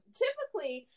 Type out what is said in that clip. typically